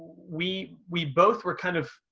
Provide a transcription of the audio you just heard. we we both were kind of,